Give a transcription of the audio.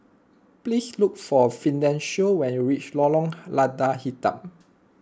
please look for Fidencio when you reach Lorong Lada Hitam